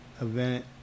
event